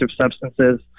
substances